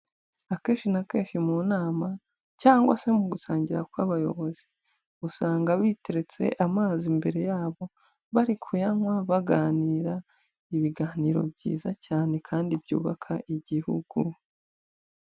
Akenshi na kenshi mu nama cyangwa se mu gusangira kw'abayobozi, usanga biteretse amazi imbere yabo bari kuyanywa baganira ibiganiro byiza cyane kandi byubaka igihugu.